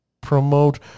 promote